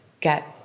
get